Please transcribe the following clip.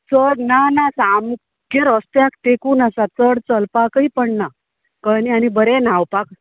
चड ना ना सामकें रस्त्याक तेकून आसा चड चलपाकय पडना कळें नी आनी बरें न्हावपाक